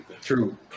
True